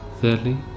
thirdly